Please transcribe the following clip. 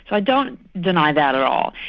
i don't deny that at all.